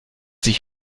sich